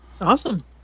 Awesome